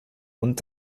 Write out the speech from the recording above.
und